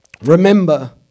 remember